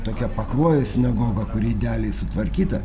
tokia pakruojo sinagoga kuri idealiai sutvarkyta